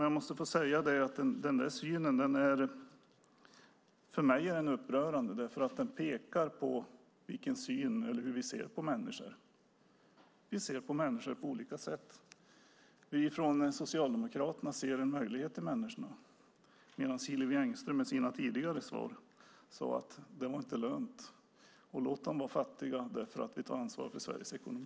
Jag måste få säga att den synen är för mig upprörande eftersom den pekar på hur vi ser på människor. Vi ser på människor på olika sätt. Vi från Socialdemokraterna ser en möjlighet med människorna medan Hillevi Engström i sitt tidigare svar sade att det inte var lönt, låt dem vara fattiga för man tar ansvar för Sveriges ekonomi.